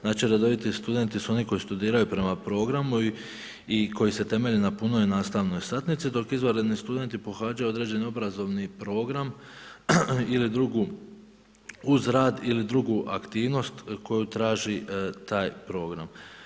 Znači redoviti studenti su oni koji studiraju prema programu i koji se temelje na punoj nastavnoj satnici dok izvanredni studenti pohađaju određeni obrazovni program ili drugu, uz rad, ili drugu aktivnosti koju traži taj program.